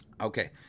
Okay